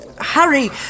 Harry